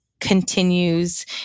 continues